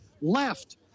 left